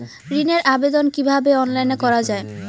ঋনের আবেদন কিভাবে অনলাইনে করা যায়?